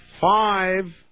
five